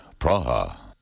Praha